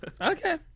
okay